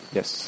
Yes